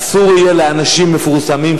אסור יהיה לאנשים מפורסמים,